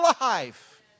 life